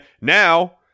Now